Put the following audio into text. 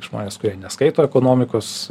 žmonės kurie neskaito ekonomikos